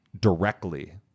directly